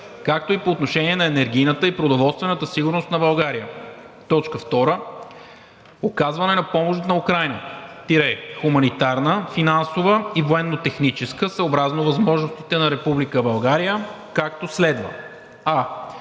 както и по отношение на енергийната и продоволствената сигурност на България. 2. Оказване на помощ на Украйна – хуманитарна, финансова и военно-техническа, съобразно възможностите на Република България, както следва: а)